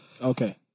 Okay